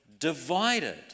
divided